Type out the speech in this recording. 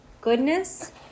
goodness